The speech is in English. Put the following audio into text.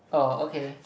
oh okay